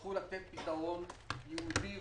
יצטרכו לתת פתרון ייעודי ייחודי.